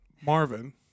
Marvin